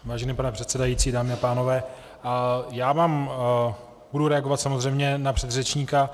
Vážený pane předsedající, dámy a pánové, já budu reagovat samozřejmě na předřečníka.